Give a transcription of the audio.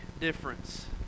difference